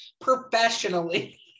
professionally